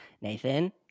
Nathan